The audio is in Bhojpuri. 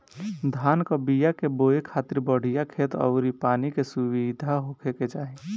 धान कअ बिया के बोए खातिर बढ़िया खेत अउरी पानी के सुविधा होखे के चाही